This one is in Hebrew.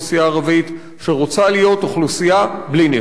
הערבית שרוצה להיות אוכלוסייה בלי נשק.